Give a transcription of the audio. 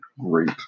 great